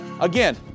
again